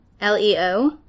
L-E-O